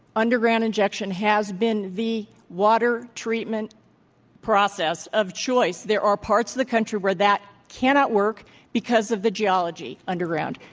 underground injection has been the water treatment process of choice. there are parts of the country where that cannot work because of the geology underground.